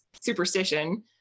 superstition